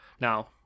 Now